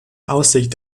aussicht